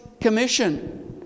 commission